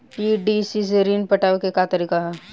PDC से ऋण पटावे के का तरीका ह?